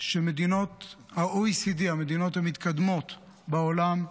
שמדינות ה-OECD, המדינות המתקדמות בעולם,